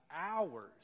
hours